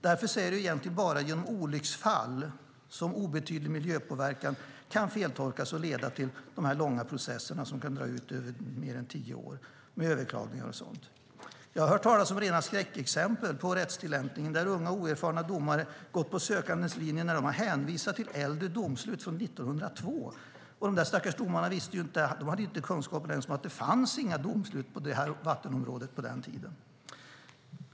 Det är egentligen bara genom olycksfall som obetydlig miljöpåverkan kan feltolkas och leda till dessa långa processer som kan dra ut mer än tio år i tiden med överklagningar och sådant. Jag har hört talas om rena skräckexempel på rättstillämpning där unga oerfarna domare gått på sökandes linje när de har hänvisat till äldre domslut från 1902. De stackars domarna hade inte ens kunskap om att det inte fanns några domslut på vattenområdet på den tiden.